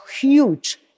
huge